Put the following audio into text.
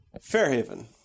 Fairhaven